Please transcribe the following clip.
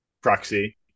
proxy